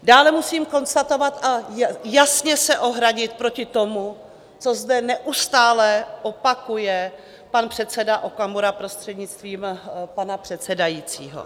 Dále musím konstatovat a jasně se ohradit proti tomu, co zde neustále opakuje pan předseda Okamura, prostřednictvím pana předsedajícího.